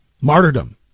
martyrdom